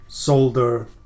Soldier